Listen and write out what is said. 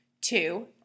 Two